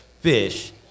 fish